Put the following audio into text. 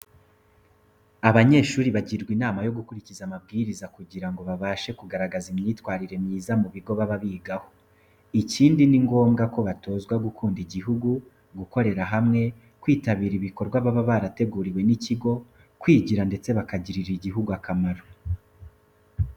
Abanyeshuri bagirwa inama yo gukurikiza amabwiriza kugira ngo babashe kugaragaza imyitwarire myiza mu bigo baba bigaho. Ikindi, ni ngombwa ko batozwa gukunda igihugu, gukorera hamwe, kwitabira ibikorwa baba barateguriwe n'ikigo, kwigira ndetse bakagirira igihugu akamaro.